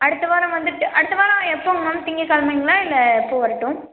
அடுத்த வாரம் வந்துவிட்டு அடுத்த வாரம் எப்போங்க மேம் திங்கக்கிலமைங்களா இல்லை எப்போ வரட்டும்